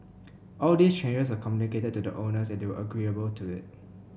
all these changes are communicated to the owners and they were agreeable to it